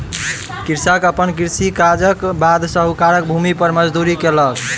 कृषक अपन कृषि काजक बाद साहूकारक भूमि पर मजदूरी केलक